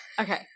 Okay